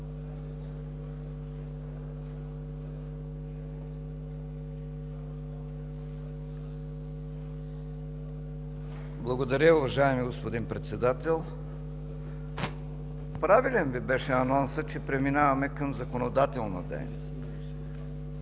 Благодаря, уважаеми господин Председател. Правилен Ви беше анонсът, че преминаваме към законодателна дейност